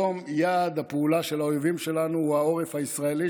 היום יעד הפעולה של האויבים שלנו הוא העורף הישראלי,